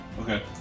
Okay